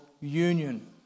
union